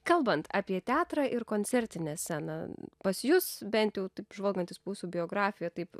kalbant apie teatrą ir koncertinę sceną pas jus bent jau taip žvalgantis po jūsų biografiją taip